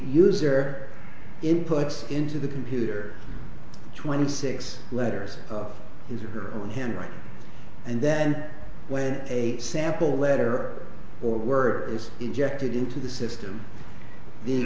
user inputs into the computer twenty six letters of his or her own handwriting and then when a sample letter or word is injected into the system